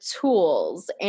tools